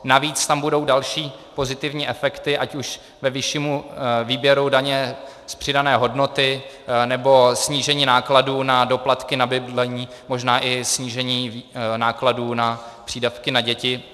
Navíc tam budou další pozitivní efekty ať už ve výši výběru daně z přidané hodnoty, nebo snížení nákladů na doplatky na bydlení, možná i snížení nákladů na přídavky na děti.